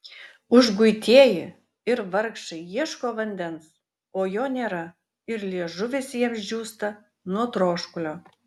užguitieji ir vargšai ieško vandens o jo nėra ir liežuvis jiems džiūsta nuo troškulio